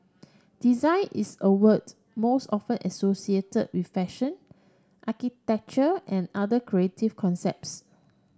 design is a word most often associated with fashion architecture and other creative concepts